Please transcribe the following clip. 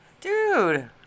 Dude